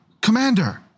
Commander